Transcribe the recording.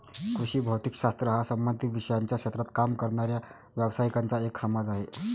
कृषी भौतिक शास्त्र हा संबंधित विषयांच्या क्षेत्रात काम करणाऱ्या व्यावसायिकांचा एक समाज आहे